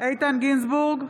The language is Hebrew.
איתן גינזבורג,